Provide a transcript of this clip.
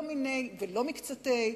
לא מיניה ולא מקצתיה.